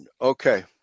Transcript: okay